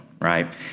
right